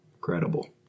credible